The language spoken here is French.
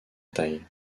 taille